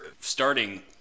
starting